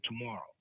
tomorrow